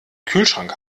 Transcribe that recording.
kühlschrank